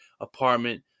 apartment